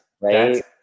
Right